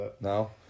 No